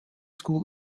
school